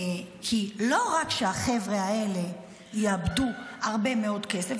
כי לא רק שהחבר'ה האלה יאבדו הרבה מאוד כסף,